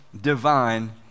divine